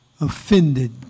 offended